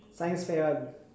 science fair [one]